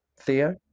Theo